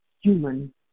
human